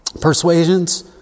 persuasions